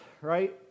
right